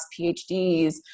PhDs